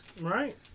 Right